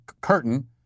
curtain